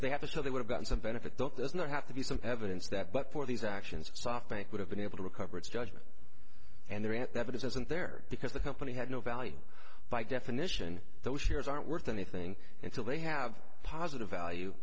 they have to they would have gotten some benefit don't there's not have to be some evidence that but for these actions softbank would have been able to recover its judgment and there at the evidence isn't there because the company had no value by definition those shares aren't worth anything until they have positive value